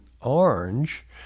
Orange